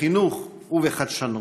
בחינוך ובחדשנות.